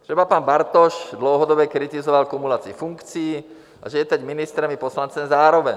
Třeba pan Bartoš dlouhodobě kritizoval kumulaci funkcí, takže je teď ministrem i poslancem zároveň.